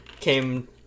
came